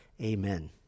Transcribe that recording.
amen